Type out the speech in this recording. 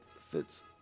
fits